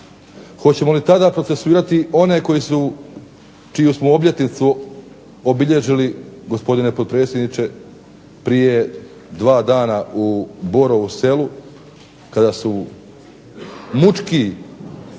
Hoćemo li tada procesuirati one koji su, čiju smo obljetnicu obilježili, gospodine potpredsjedniče, prije dva dana u Borovu selu, kada su mučki